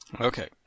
Okay